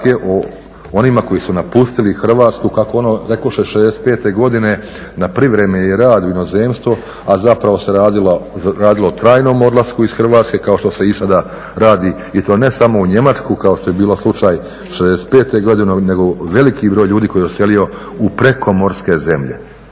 o onima koji su napustili Hrvatsku, kako ono rekoše '65. godine na privremeni rad u inozemstvo, a zapravo se radilo o trajnom odlasku iz Hrvatske, kao što se i sada radi i to ne samo u Njemačku kao što je bio slučaj '65. godine nego veliki broj ljudi koji je odselio u prekomorske zemlje.